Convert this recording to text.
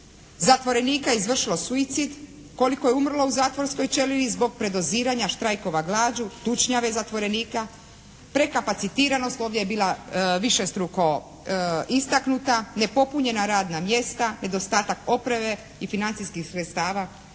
zatvorenika izvršilo suicid, koliko je umrlo u zatvorskoj čeliji zbog predoziranja, štrajkova glađu, tučnjave zatvorenika. Prekapacitiranost ovdje je bila višestruko istaknuta. Nepopunjena radna mjesta, nedostatak opreme i financijskih sredstava